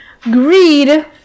Greed